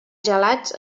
gelats